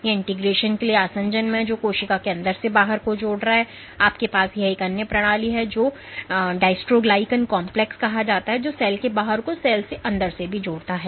तो इन्टिग्रेशन के लिए आसंजन में जो कोशिका के अंदर से बाहर तक को जोड़ता है आपके पास यह एक अन्य प्रणाली है जिसे डिस्ट्रोग्लीकैन कॉम्प्लेक्स कहा जाता है जो सेल के बाहर को सेल के अंदर से भी जोड़ता है